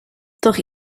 doch